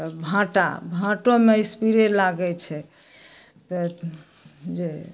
तऽ भाँटा भाँटोमे एस्प्रे लागै छै तऽ जे